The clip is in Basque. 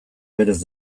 berez